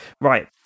right